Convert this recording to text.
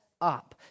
up